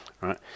right